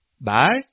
Bye